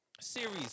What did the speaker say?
series